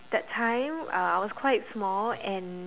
that time uh I was quite small and